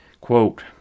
Quote